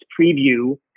preview